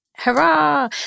Hurrah